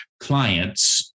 clients